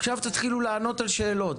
עכשיו תתחילו לענות על שאלות.